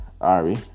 Ari